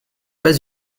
pas